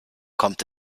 kommt